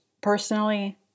personally